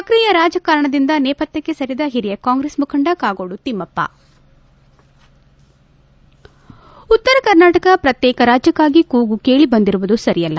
ಸಕ್ರಿಯ ರಾಜಕಾರಣದಿಂದ ನೇಪಥ್ಣಕ್ಷೆ ಸರಿದ ಹಿರಿಯ ಕಾಂಗ್ರೆಸ್ ಮುಖಂಡ ಕಾಗೋಡು ತಿಮ್ನಪ್ಪ ಉತ್ತರ ಕರ್ನಾಟಕ ಪ್ರತ್ಯೇಕ ರಾಜ್ಯಕ್ಕಾಗಿ ಕೂಗು ಕೇಳಬಂದಿರುವುದು ಸರಿಯಲ್ಲ